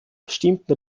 bestimmten